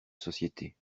société